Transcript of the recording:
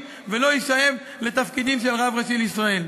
ולא יישאב לתפקידים של רב ראשי לישראל.